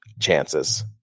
chances